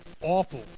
awful